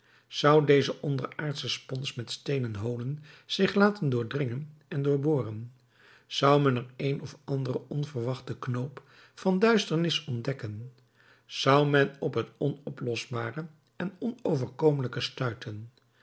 zou deze onderaardsche spons met steenen holen zich laten doordringen en doorboren zou men er een of anderen onverwachten knoop van duisternis ontdekken zou men op het onoplosbare en onoverkomelijke stuiten